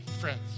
friends